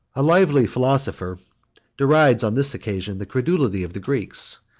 a lively philosopher derides on this occasion the credulity of the greeks,